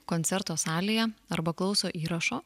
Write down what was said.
koncerto salėje arba klauso įrašo